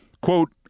Quote